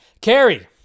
Carrie